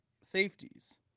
safeties